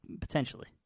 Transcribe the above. Potentially